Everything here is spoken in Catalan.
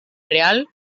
real